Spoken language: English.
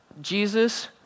Jesus